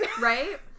Right